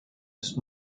ist